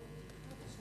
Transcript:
אדוני היושב-ראש,